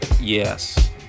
Yes